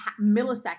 milliseconds